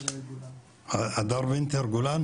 הדר וינטר גולן,